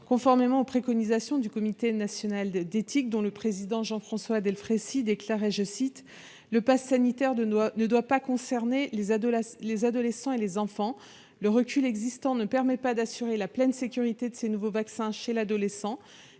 conformément aux préconisations du Comité consultatif national d'éthique (CCNE), dont le président, Jean-François Delfraissy, déclarait :« Le passe sanitaire ne doit pas concerner les adolescents et les enfants. [...] Le recul existant ne permet pas d'assurer la pleine sécurité de ces nouveaux vaccins chez l'adolescent. »